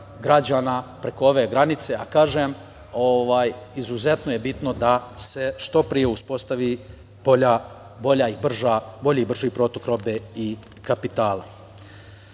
građana preko ove granice, a kažem izuzetno je bitno da se što pre uspostavi bolji i brži protok robe i kapitala. Naša